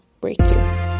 breakthrough